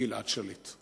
לגלעד שליט.